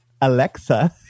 Alexa